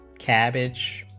cabbage